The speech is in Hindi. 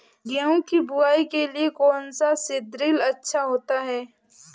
गेहूँ की बुवाई के लिए कौन सा सीद्रिल अच्छा होता है?